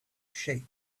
shape